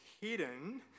hidden